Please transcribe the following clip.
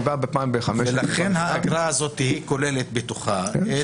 אני בא פעם בחמש שנים --- לכן האגרה הזאת כוללת בתוכה את